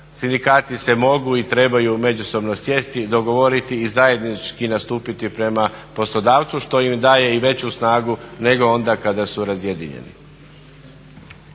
Sindikati se mogu i trebaju međusobno sjesti i dogovoriti i zajednički nastupiti prema poslodavcu što im daje i veću snagu nego onda kada su razjedinjeni.